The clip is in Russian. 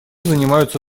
занимаются